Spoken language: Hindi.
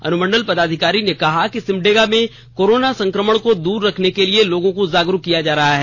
अनुमंडल पदाधिकारी ने कहा कि सिमडेगा में कोरोना संक्रमण को दूर रखने के लिए लोगों को जागरूक किया जा रहा है